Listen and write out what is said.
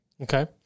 Okay